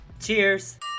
Cheers